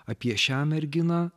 apie šią merginą